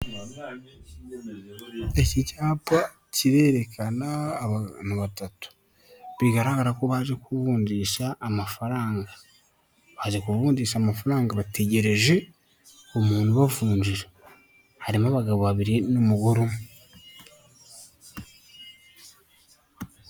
Iki cyapa kirerekana batatu bigaragara ko baje ku kuvundisha amafaranga, baje kuvundisha amafaranga bategereje umuntu ubavunjira. Harimo abagabo babiri n'umugore umwe.